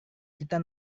kita